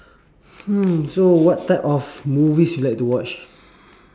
hmm so what type of movies you like to watch